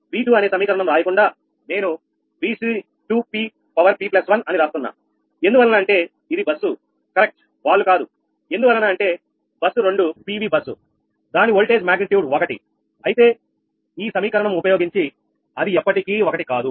V2 అనే సమీకరణం రాయకుండా నేను 𝑉𝑐2𝑝1 అని రాస్తున్న ఎందువలన అంటే ఇది బస్సు కరెక్ట్ వాళ్ళు కాదు ఎందువలన అంటే బస్సు 2 PV బస్సు దాన్ని ఓల్టేజ్ మాగ్నిట్యూడ్ 1 అయితే ఈ సమీకరణం ఉపయోగించి అది ఎప్పటికీ ఒకటి కాదు